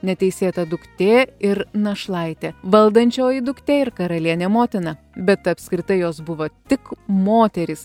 neteisėta duktė ir našlaitė valdančioji duktė ir karalienė motina bet apskritai jos buvo tik moterys